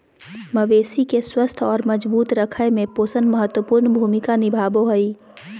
मवेशी के स्वस्थ और मजबूत रखय में पोषण महत्वपूर्ण भूमिका निभाबो हइ